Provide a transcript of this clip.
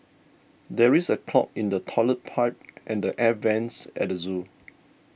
there is a clog in the Toilet Pipe and the Air Vents at the zoo